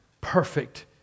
perfect